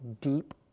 deep